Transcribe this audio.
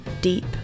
deep